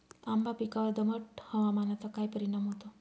आंबा पिकावर दमट हवामानाचा काय परिणाम होतो?